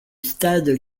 stade